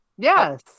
Yes